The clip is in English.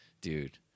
Dude